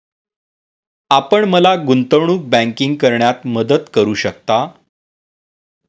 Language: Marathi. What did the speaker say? आपण मला गुंतवणूक बँकिंग करण्यात मदत करू शकता?